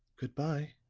good-by,